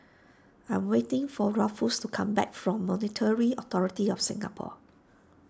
I am waiting for Ruffus to come back from Monetary Authority of Singapore